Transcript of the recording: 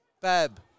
Bab